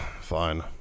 Fine